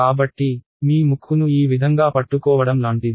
కాబట్టి మీ ముక్కును ఈ విధంగా పట్టుకోవడం లాంటిది